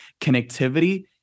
connectivity